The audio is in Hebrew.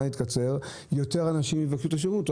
יתקצר אז יותר אנשים יבקשו את השירות.